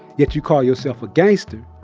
yet you call yourself a gangster,